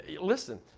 listen